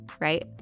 right